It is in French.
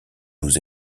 nous